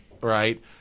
right